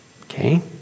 Okay